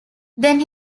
then